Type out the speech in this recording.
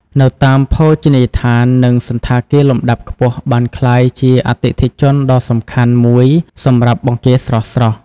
នៅតាមភោជនីយដ្ឋាន និងសណ្ឋាគារលំដាប់ខ្ពស់បានក្លាយជាអតិថិជនដ៏សំខាន់មួយសម្រាប់បង្គាស្រស់ៗ។